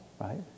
right